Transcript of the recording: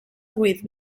ruiz